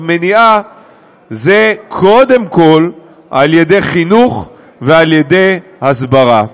מניעה זה קודם כול על-ידי חינוך ועל-ידי הסברה.